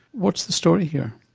what's the story here?